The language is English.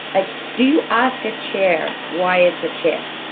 like do you ask a chair why it's a chair?